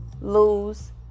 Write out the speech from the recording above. lose